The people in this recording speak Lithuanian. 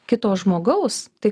kito žmogaus tai